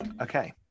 Okay